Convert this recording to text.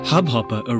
Hubhopper